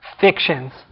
fictions